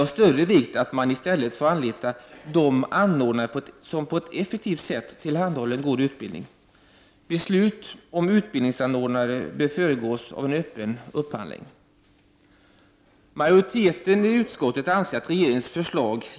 Detta är ju kvalificerat nonsens!